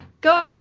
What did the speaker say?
Go